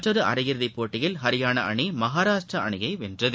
மற்றொரு அரையிறுதி போட்டியில் ஹரியானா அணி மகாராஷ்டிரா அணியை வென்றது